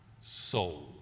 soul